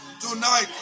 tonight